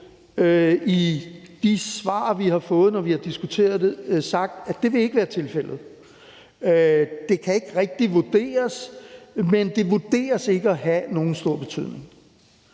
i de svar, vi har fået, når vi har diskuteret det, sagt, at det ikke vil være tilfældet. Det kan ikke rigtig vurderes, men det vurderes ikke at have nogen stor betydning.